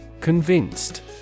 Convinced